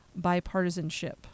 bipartisanship